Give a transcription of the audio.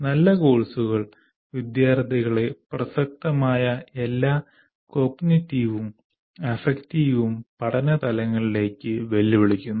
നല്ല കോഴ്സുകൾ വിദ്യാർത്ഥികളെ പ്രസക്തമായ എല്ലാ കോഗ്നിറ്റീവും അഫക്റ്റീവും പഠന തലങ്ങളിലേക്ക് വെല്ലുവിളിക്കുന്നു